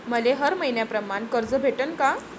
मले हर मईन्याप्रमाणं कर्ज भेटन का?